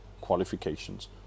qualifications